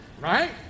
Right